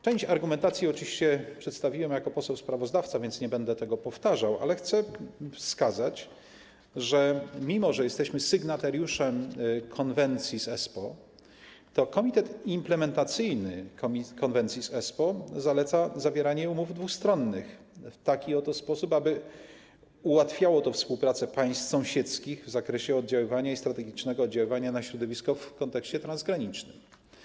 Część argumentacji oczywiście przedstawiłem jako poseł sprawozdawca, więc nie będę tego powtarzał, ale chcę wskazać, że mimo że jesteśmy sygnatariuszem konwencji z Espoo, to komitet implementacyjny konwencji z Espoo zaleca zawieranie umów dwustronnych w taki sposób, aby ułatwiało to współpracę państw sąsiedzkich w zakresie oddziaływania i strategicznego oddziaływania na środowisko w kontekście transgranicznym.